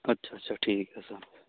ਅੱਛਾ ਅੱਛਾ ਹੈ ਠੀਕ ਹੈ ਸਰ